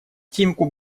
тимку